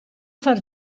far